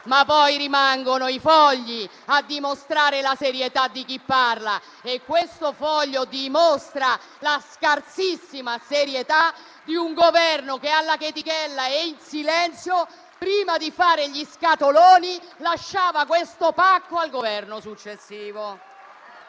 ma poi rimangono i fogli a dimostrare la serietà di chi parla e questo foglio dimostra la scarsissima serietà di un Governo che, alla chetichella e in silenzio, prima di fare gli scatoloni lasciava questo pacco al Governo successivo.